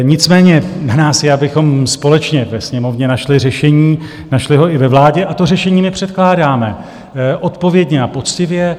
Nicméně na nás je, abychom společně ve Sněmovně našli řešení, našli ho i ve vládě, a to řešení my předkládáme, odpovědně a poctivě.